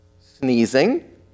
sneezing